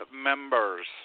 members